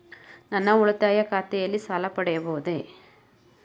ನನ್ನ ಉಳಿತಾಯ ಖಾತೆಯಲ್ಲಿ ಸಾಲ ಪಡೆಯಬಹುದೇ?